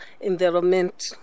environment